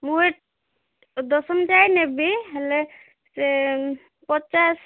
ମୁଁ ଏ ଦଶମ ଯାଏ ନେବି ହେଲେ ସେ ପଚାଶ